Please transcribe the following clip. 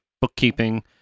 bookkeeping